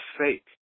fake